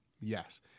Yes